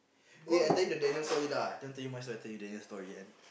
eh I tell you the Daniel story lah don't tell you my story I tell you Daniel story